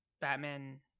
Batman